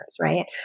right